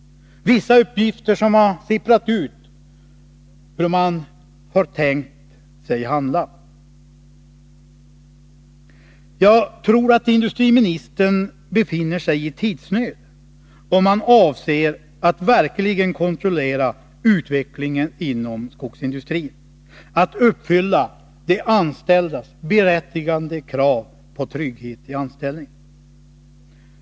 Vissa uppgifter har sipprat ut om hur man har tänkt sig att handla. Industriministern måste befinna sig i tidsnöd, om han avser att verkligen kontrollera utvecklingen inom skogsindustrin, att uppfylla de anställdas berättigade krav på trygghet i anställningen.